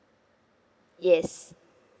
yes